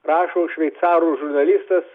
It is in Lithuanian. rašo šveicarų žurnalistas